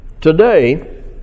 Today